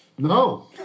No